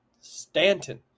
Stanton